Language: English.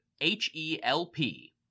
H-E-L-P